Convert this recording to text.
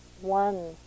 one